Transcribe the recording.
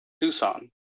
Tucson